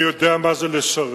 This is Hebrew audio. אני יודע מה זה לשרת,